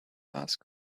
asked